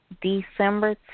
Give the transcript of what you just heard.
December